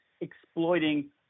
exploiting